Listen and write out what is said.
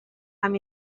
amb